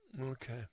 okay